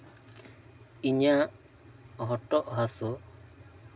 ᱤᱧᱟᱹᱜ ᱦᱚᱴᱚᱜ ᱦᱟᱹᱥᱩ